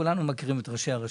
כולנו מכירים את ראשי הרשויות,